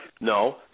no